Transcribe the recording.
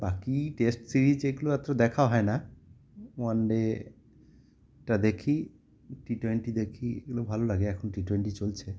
বাকি test series এগুলো এত দেখাও হয় না ওয়ানডে টা দেখি টি টোয়েন্টি দেখি এগুলো ভালো লাগে এখন টি টোয়েন্টি চলছে